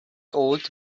old